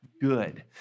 good